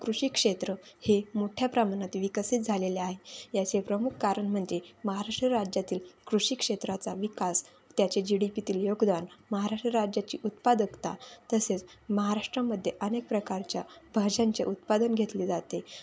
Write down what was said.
कृषी क्षेत्र हे मोठ्या प्रमाणात विकसित झालेले आहे याचे प्रमुख कारण म्हणजे महाराष्ट्र राज्यातील कृषी क्षेत्राचा विकास त्याचे जी डी पीतील योगदान महाराष्ट्र राज्याची उत्पादकता तसेच महाराष्ट्रामध्ये अनेक प्रकारच्या भाज्यांचे उत्पादन घेतले जाते